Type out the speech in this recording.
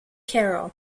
carol